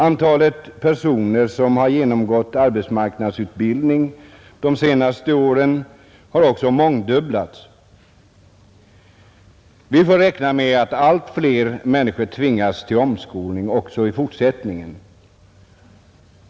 Antalet personer som har genomgått arbetsmarknadsutbildning har också mångdubblats de senaste åren. Vi får räkna med att allt fler människor tvingas till omskolning också i fortsättningen.